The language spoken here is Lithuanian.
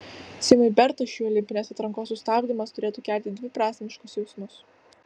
simui bertašiui olimpinės atrankos sustabdymas turėtų kelti dviprasmiškus jausmus